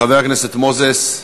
חבר הכנסת מוזס.